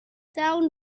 down